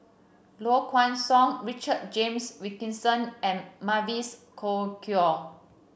Low Kway Song Richard James Wilkinson and Mavis Khoo